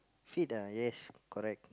fit ah yes correct